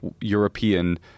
European